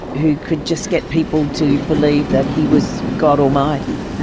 who could just get people to believe that he was god almighty.